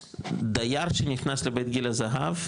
דייר שנכנס לבית גיל הזהב,